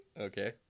Okay